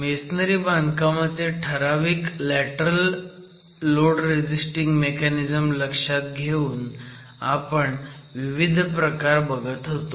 masonry बांधकामाचे ठराविक lateral load resisting mechanism लक्षात घेऊन आपण विविध प्रकार बघत होतो